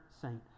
saint